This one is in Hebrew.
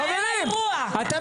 חברים, אין